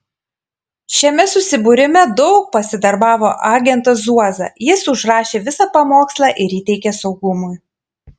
šiame susibūrime daug pasidarbavo agentas zuoza jis užrašė visą pamokslą ir įteikė saugumui